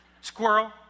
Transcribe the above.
squirrel